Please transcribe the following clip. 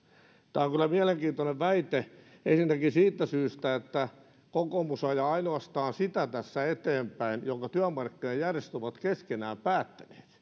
tämä on kyllä mielenkiintoinen väite ensinnäkin siitä syystä että kokoomus ainoastaan ajaa tässä eteenpäin sitä mitä työmarkkinajärjestöt ovat keskenään päättäneet